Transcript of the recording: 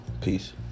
peace